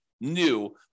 new